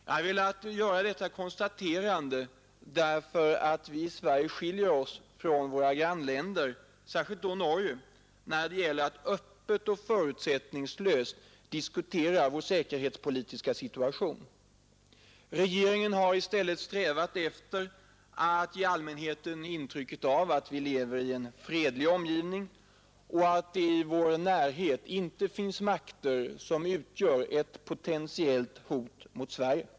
Jag har velat göra detta konstaterande därför att vi i Sverige skiljer oss från våra grannländer, särskilt då Norge, när det gäller att öppet och 145 förutsättningslöst diskutera vår säkerhetspolitiska situation. Regeringen i vårt land har i stället strävat efter att ge allmänheten intrycket av att vi lever i en fredlig omgivning och att det i vår närhet inte finns makter som utgör ett potentiellt hot mot Sverige.